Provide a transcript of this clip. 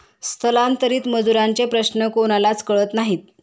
स्थलांतरित मजुरांचे प्रश्न कोणालाच कळत नाही